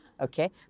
okay